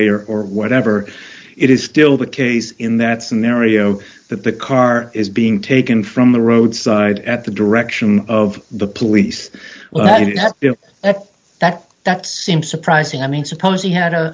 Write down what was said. a or or whatever it is still the case in that scenario that the car is being taken from the roadside at the direction of the police well that it has been at that that seems surprising i mean suppose he had a